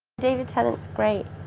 david tennant's great.